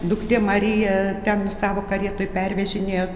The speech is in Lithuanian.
duktė marija ten savo karietoj pervežinėjo